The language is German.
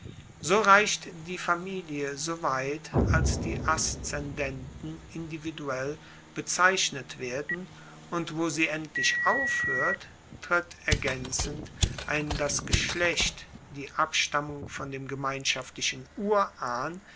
so reicht die familie so weit als die aszendenten individuell bezeichnet werden und wo sie endlich aufhoert tritt ergaenzend ein das geschlecht die abstammung von dem gemeinschaftlichen urahn